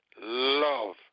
love